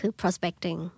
prospecting